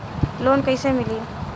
Loan कईसे मिली?